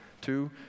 Two